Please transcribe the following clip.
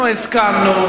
אנחנו הסכמנו,